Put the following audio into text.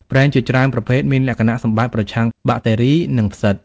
ប្រេងជាច្រើនប្រភេទមានលក្ខណៈសម្បត្តិប្រឆាំងបាក់តេរី និងផ្សិត។